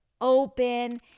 open